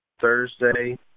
Thursday